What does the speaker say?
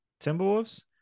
Timberwolves